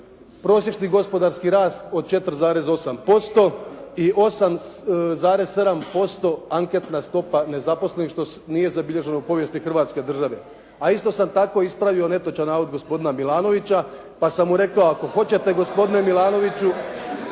prosječni gospodarski rast od 4,8% i 8,7% anketna stopa nezaposlenih što nije zabilježeno u povijesti Hrvatske države. A isto sam tako ispravio netočan navod gospodina Milanovića, pa sam mu rekao, ako hoćete gospodine Milanoviću